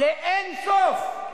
לאין-סוף,